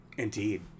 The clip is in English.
Indeed